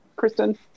Kristen